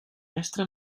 mestre